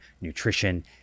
nutrition